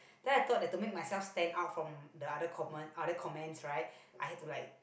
then I thought that to make myself stand out from the other comme~ the other comments right I had to like